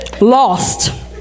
lost